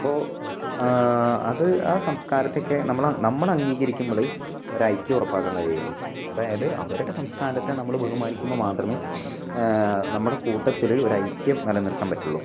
അപ്പോള് അത് ആ സംസ്കാരത്തെയൊക്കെ നമ്മള് നമ്മള് അംഗീകരിക്കുമ്പോഴേ ഒരു ഐക്യം ഉറപ്പാക്കാൻ കഴിയുകയുള്ളൂ അതായത് അവരുടെ സംസ്കാരത്തെ നമ്മള് ബഹുമാനിക്കുമ്പോള് മാത്രമേ നമ്മുടെ കൂട്ടത്തിലൊരു ഐക്യം നിലനിര്ത്താൻ പറ്റുകയുള്ളൂ